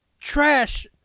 Trash